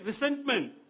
resentment